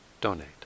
donate